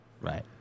right